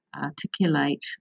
articulate